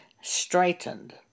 straightened